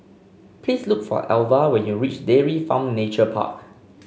please look for Alva when you reach Dairy Farm Nature Park